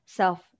self